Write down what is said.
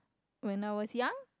when I was young